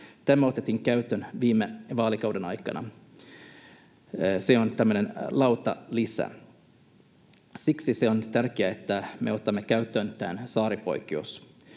Tämä otettiin käyttöön viime vaalikauden aikana — se on tämmöinen lauttalisä. Siksi on tärkeää, että me otamme käyttöön saaripoikkeuksen.